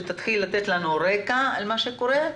שתיתן לנו רקע על מה שקורה,